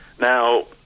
Now